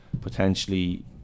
potentially